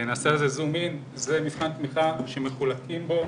זה מבחן תמיכה שמחולקים בו